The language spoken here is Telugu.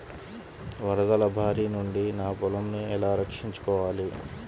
వరదల భారి నుండి నా పొలంను ఎలా రక్షించుకోవాలి?